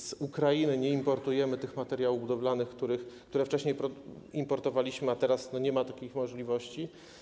Z Ukrainy nie importujemy tych materiałów budowlanych, które wcześniej importowaliśmy, a teraz nie ma takich możliwości.